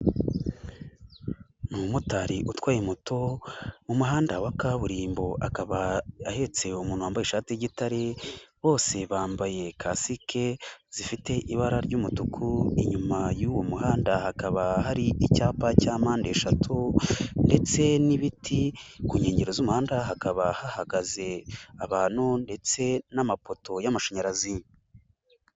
Ni umumotari utwaye moto, mu muhanda wa kaburimbo, akaba ahetse umuntu wambaye ishati y'igitare ,bose bambaye kasike zifite ibara ry'umutuku, inyuma y'uwo muhanda hakaba hari icyapa cya mpande eshatu ndetse n'ibiti ku nkengero z'umuhanda hakaba hahagaze abantu ndetse n'amapoto y'amashanyarazi.